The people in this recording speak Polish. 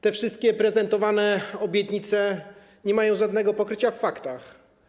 Te wszystkie prezentowane obietnice nie mają żadnego pokrycia w faktach.